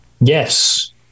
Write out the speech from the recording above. Yes